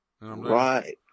Right